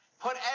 put